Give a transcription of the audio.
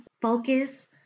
focus